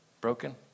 Broken